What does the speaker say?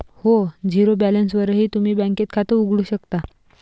हो, झिरो बॅलन्सवरही तुम्ही बँकेत खातं उघडू शकता